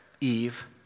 Eve